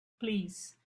please